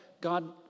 God